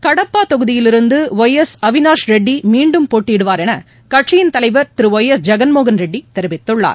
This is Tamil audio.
கடப்பாதொகுதியிலிருந்துஒய் எஸ் அவினாஷ் ரெட்டிமீண்டும் போட்டியிடுவார் எனகட்சியின் தலைவர் திருஒய் எஸ் ஜெகன்மோகன் ரெட்டிதெரிவித்துள்ளார்